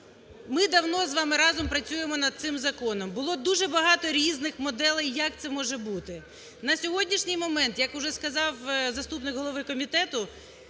Ми давно з вами разом працюємо над цим законом. Було дуже багато різних моделей, як це може бути. На сьогоднішній момент, як вже сказав заступник голови комітету,